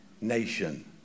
nation